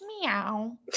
Meow